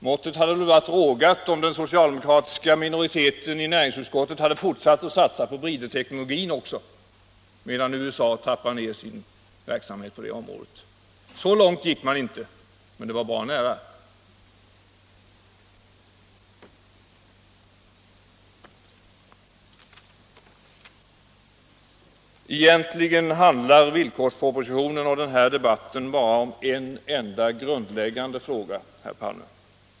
Måttet hade väl varit rågat om den socialdemokratiska minoriteten i näringsutskottet hade fortsatt att satsa på bridteknologin också, medan USA trappar ned sin verk 7 samhet på det området. Så långt gick man inte, men det var bra nära. Egentligen handlar villkorspropositionen och den här debatten bara om en enda grundläggande fråga, herr Palme.